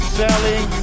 selling